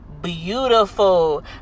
beautiful